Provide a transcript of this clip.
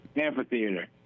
Amphitheater